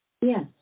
Yes